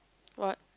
what